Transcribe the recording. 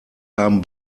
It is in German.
haben